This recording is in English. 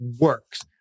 works